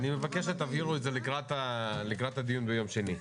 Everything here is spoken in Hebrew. --- אני מבקש שזה יובהר לקראת דיון ההמשך שיהיה ביום שני.